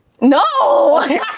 No